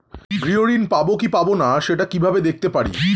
গৃহ ঋণ পাবো কি পাবো না সেটা কিভাবে দেখতে পারি?